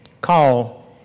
call